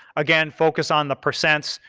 again, focus on the percents.